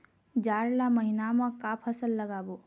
जाड़ ला महीना म का फसल लगाबो?